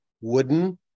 wooden